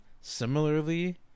Similarly